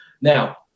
Now